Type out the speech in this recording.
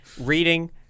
Reading